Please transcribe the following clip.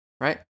right